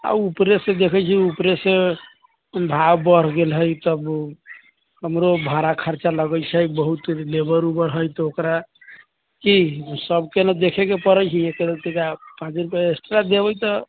आ ऊपरेसे देखैत छी ऊपरेसँ भाव बढ़ गेल हइ तब हमरो भारा खर्चा लगैत छै बहुते लेबर ओबर हइ तऽ ओकरा की सभकेँ नहि देखैके पड़ैत छै एक एक टका पाँच रुपआ एक्स्ट्रा देबै तऽ